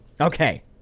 okay